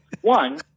One